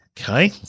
Okay